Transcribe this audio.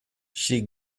she